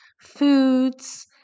foods